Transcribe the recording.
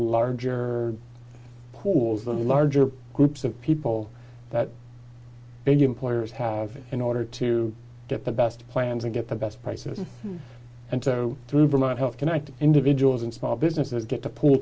larger pool the larger groups of people that big employers have in order to get the best plans and get the best prices and to vermont health connected individuals and small businesses get to p